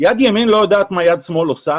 יד ימין לא יודעת מה יד שמאל עושה?